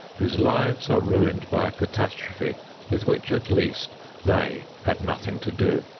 whose lives are ruined by a catastrophe with which at least they had nothing to do.